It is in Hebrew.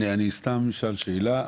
אני סתם אשאל שאלה.